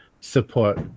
support